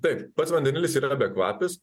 taip pats vandenilis yra bekvapis